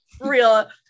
real